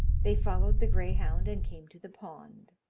they followed the greyhound, and came to the pond.